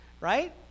right